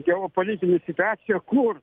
geopolitinę situaciją kur